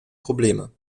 probleme